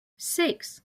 six